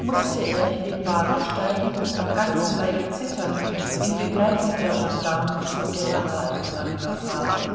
mußte er in den wagen steigen und am ganzen leibe zitternd in begleitung der gendarme zum generalgouverneur fahren